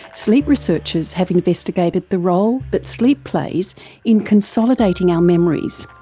sleep researchers have investigated the role that sleep plays in consolidating our memories,